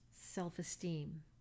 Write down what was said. self-esteem